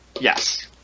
yes